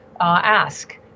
ask